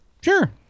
Sure